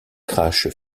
crache